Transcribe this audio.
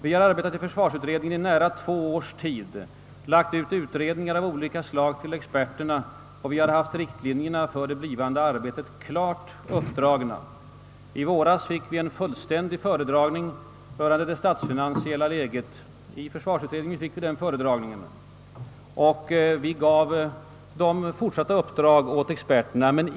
Vi har arbetat i försvarsutredningen i nära två års tid, vi har lagt ut utredningar av olika slag till experterna och vi har haft riktlinjerna för det blivande arbetet klart uppdragna. I våras fick vi en fullständig föredragning rörande det statsfinansiella läget, och vi gav fortsatta uppdrag åt experterna.